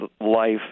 life